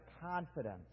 confidence